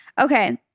Okay